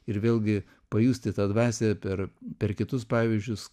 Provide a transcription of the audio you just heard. ir vėlgi pajusti tą dvasią per per kitus pavyzdžius